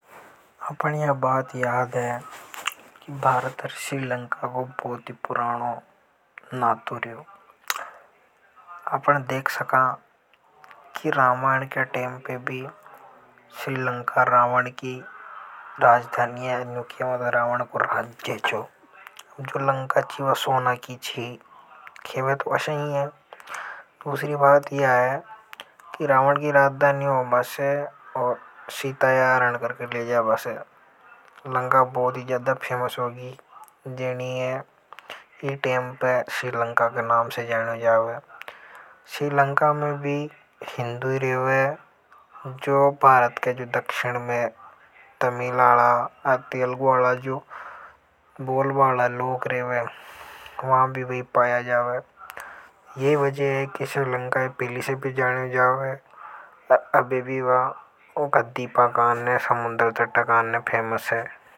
अपन है या बात याद है की भारत श्रीलंका को बहुत ही पुराणों नातों रियो अपन देख सका कि रामायण की टेम पे भी श्रीलंका रावण की राजधानी। जो लंका छी वा सोना की छी ख़ेवे तो ऐसे ही है दूसरी बात या हैं की रावण की राजधानी होवा से ओर सीता ये हरण करके लेज़बा सो लंका बहुत ही ज्यादा फेमस हो गयी। जिनी ये इन टेम पे श्रीलंका के नाम से जानियों जावे श्रीलंका में भी हिन्दू ही रेवे जो भारत के जो दक्षिण में है। तमिल आला आर तेलुगु आला जो बोलबा आला लोग रेवे वा भी वे ही पाया जावे ये ही वजह हे कि श्रीलंका ये पहले से भी जानियों जावे अबे भी वह ऊका फेमस है।